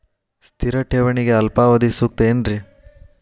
ಸ್ಥಿರ ಠೇವಣಿಗೆ ಅಲ್ಪಾವಧಿ ಸೂಕ್ತ ಏನ್ರಿ?